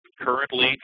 currently